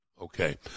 Okay